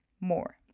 more